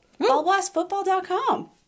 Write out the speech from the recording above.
Ballblastfootball.com